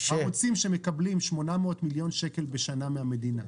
ערוצים שמקבלים 800 מיליון שקלים בשנה מהמדינה,